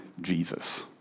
Jesus